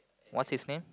what's his name